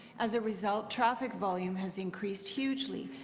as a result traffic volume has increased hugely,